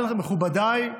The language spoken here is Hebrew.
אבל מכובדיי,